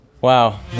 Wow